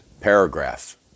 paragraph